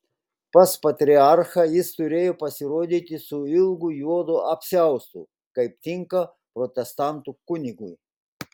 pas patriarchą jis turėjo pasirodyti su ilgu juodu apsiaustu kaip tinka protestantų kunigui